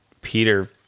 Peter